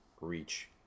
reach